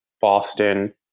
Boston